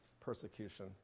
persecution